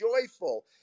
joyful